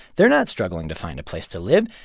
they're not struggling to find a place to live.